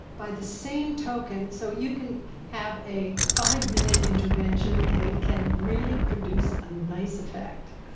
by the same token, so you can have a five-minute intervention, and it can really produce a nice effect.